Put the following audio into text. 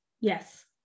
yes